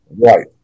Right